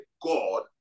God